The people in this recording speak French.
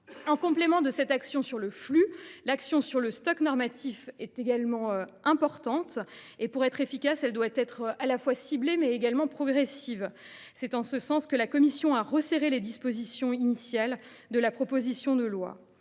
En complément de cette action sur le flux, l’action sur le stock normatif est également importante. Pour être efficace, elle doit être ciblée et progressive. La commission a resserré les dispositions initiales de la proposition de loi